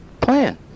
plan